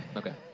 okay.